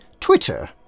Twitter